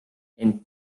ent